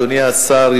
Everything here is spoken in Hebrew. אדוני השר,